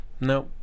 No